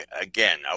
again